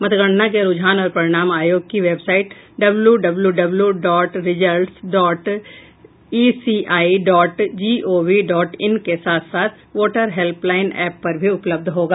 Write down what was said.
मतगणना के रूझान और परिणाम आयोग की website W W W dot results dot ECI dot GOV dot in के साथ साथ वोटर हेल्पलाइन ऐप पर भी उपलब्ध होगा